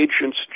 Agents